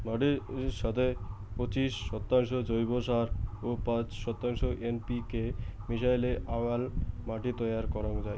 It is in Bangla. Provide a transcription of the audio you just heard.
মাটির সথে পঁচিশ শতাংশ জৈব সার ও পাঁচ শতাংশ এন.পি.কে মিশাইলে আউয়াল মাটি তৈয়ার করাং যাই